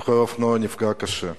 רוכב אופנוע נפגע קשה,